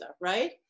right